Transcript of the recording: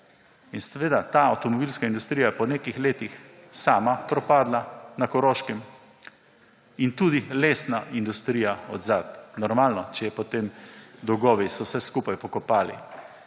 In seveda, ta avtomobilska industrija po nekih letih je sama propadla na Koroškem, in tudi lesna industrija zadaj. Normalno, če so potem dolgovi vse skupaj pokopali!